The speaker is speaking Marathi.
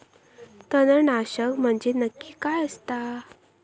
तणनाशक म्हंजे नक्की काय असता?